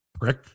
prick